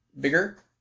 bigger